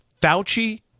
Fauci